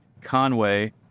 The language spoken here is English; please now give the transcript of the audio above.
Conway